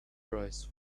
price